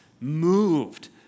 moved